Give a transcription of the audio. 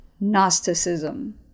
Gnosticism